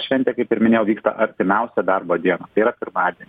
šventė kaip ir minėjau vyksta artimiausią darbo dieną tai yra pirmadienį